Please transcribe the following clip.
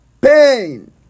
pain